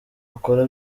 akora